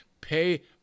Pay